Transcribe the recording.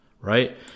right